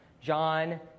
John